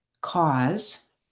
cause